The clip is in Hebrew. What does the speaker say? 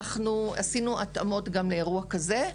אנחנו עשינו התאמות גם לאירוע כזה.